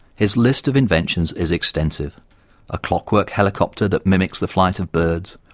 his list of inventions is extensive a clockwork helicopter that mimics the flight of birds,